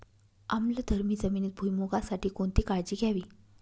आम्लधर्मी जमिनीत भुईमूगासाठी कोणती काळजी घ्यावी?